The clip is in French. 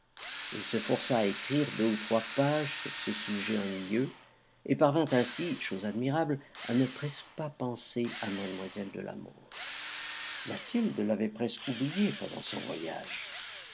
il se força à écrire deux ou trois pages sur ce sujet ennuyeux et parvint ainsi chose admirable à ne presque pas penser à mlle de la mole mathilde l'avait presque oublié pendant son voyage